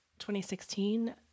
2016